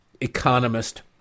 economist